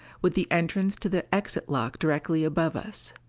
with the entrance to the exit-lock directly above us.